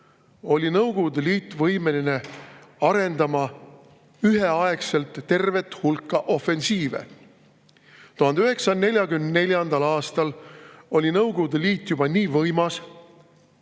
oli Nõukogude Liit võimeline arendama üheaegselt tervet hulka ofensiive. 1944. aastal oli Nõukogude Liit juba nii võimas,